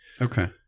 Okay